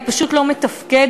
היא פשוט לא מתפקדת.